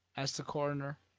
asked the coroner.